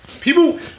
People